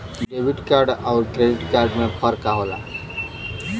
Debit card अउर credit card में का फर्क होला?